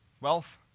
Wealth